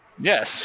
Yes